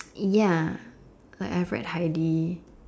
ya like I have read Heidi